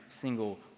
single